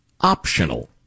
optional